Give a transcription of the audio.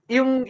Yung